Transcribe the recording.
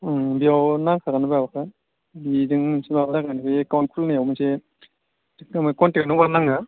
ओं बेयाव नांखागोन माबाखौ बिजोंसो माबा जागोन बे एकाउन्ट खुलिनायाव मोनसे कनटेक नम्बर नाङो